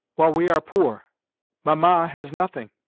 while we are poor mamma has nothing.